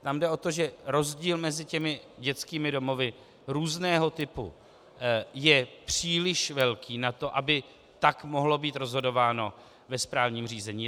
Tam jde o to, že rozdíl mezi dětskými domovy různého typu je příliš velký na to, aby tak mohlo být rozhodováno ve správním řízení.